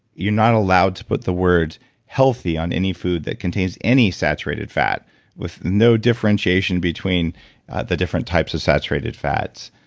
you're not allowed to put the word healthy on any food that contains any saturated fat with no differentiation between the different types of saturated fats.